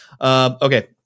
Okay